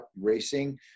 racing